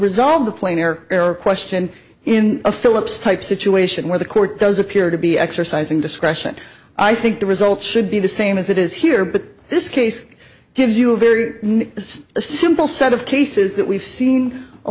resolve the plane or air question in a phillips type situation where the court does appear to be exercising discretion i think the results should be the same as it is here but this case gives you a very it's a simple set of cases that we've seen a